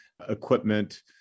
equipment